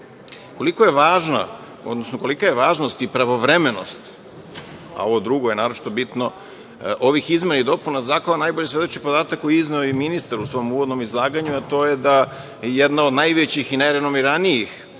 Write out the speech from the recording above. BDP.Koliko je važna, odnosno kolika je važnost i pravovremenost, a ovo drugo je naročito bitno, ovih izmena i dopuna zakona, najbolje svedoči podatak koji je izneo i ministar u svom uvodnom izlaganju, a to je da jedna od najvećih i najrenomiranijih